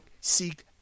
seek